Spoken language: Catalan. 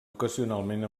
ocasionalment